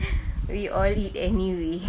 but you already ate anyway